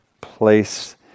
place